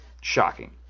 shocking